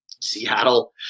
Seattle